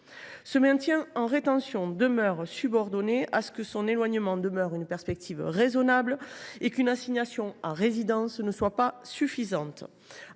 Ce maintien en rétention reste subordonné à ce que son éloignement demeure une perspective raisonnable et à condition qu’une assignation à résidence ne soit pas suffisante.